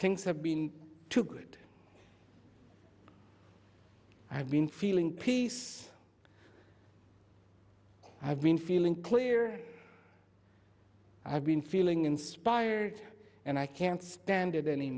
things have been too good i've been feeling peace i've been feeling clear i've been feeling inspired and i can't stand it any